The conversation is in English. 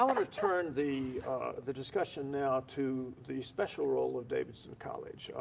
um return the the discussion now to the special role of davidson college.